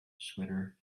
sweater